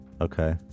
Okay